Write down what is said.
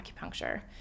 acupuncture